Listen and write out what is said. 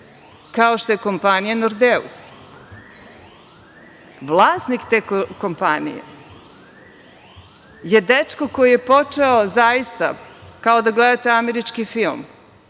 kao što je kompanija „Nordeus“. Vlasnik te kompanije je dečko koji je počeo, kao da gledate američki film,